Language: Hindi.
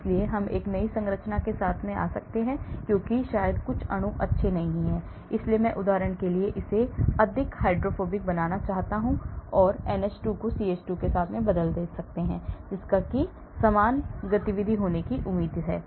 इसलिए मैं नई संरचनाओं के साथ आ सकता हूं क्योंकि शायद कुछ गुण अच्छे नहीं हैं इसलिए मैं उदाहरण के लिए इसे अधिक हाइड्रोफोबिक बनाना चाहता हूं इसलिए मैं NH2को CH3 से बदल सकता हूं जिसमें समान गतिविधि होने की उम्मीद है